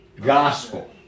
Gospel